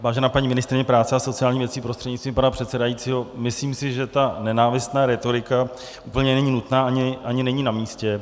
Vážená paní ministryně práce a sociálních věcí prostřednictvím pana předsedajícího, myslím si, že ta nenávistná rétorika není úplně nutná ani není namístě.